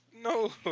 No